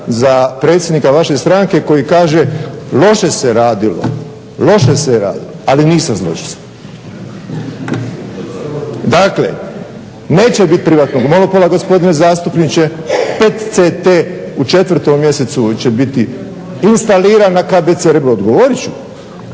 za predsjednika vaše stranke koji kaže loše se radilo, loše se radilo. Ali nisam zločest. Dakle, neće biti privatnog monopola gospodine zastupniče, PET CT u 4. mjesecu će biti instaliran na KBC Rebru